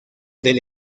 del